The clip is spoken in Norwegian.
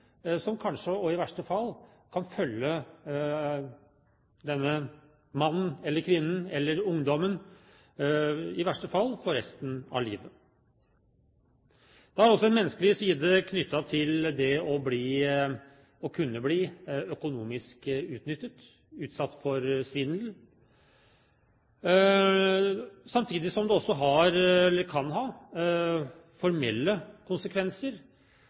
som kanskje kan følge denne mannen, kvinnen eller ungdommen i verste fall for resten av livet. Det har også en menneskelig side knyttet til det å kunne bli økonomisk utnyttet, utsatt for svindel, samtidig som det også kan ha formelle konsekvenser